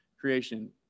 creation